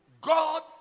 God